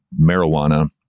marijuana